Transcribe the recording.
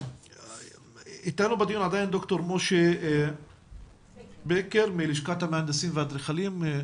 איתנו בדיון ד"ר משה בקר מלשכת המהנדסים והאדריכלים.